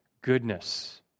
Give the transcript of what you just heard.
goodness